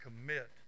commit